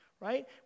right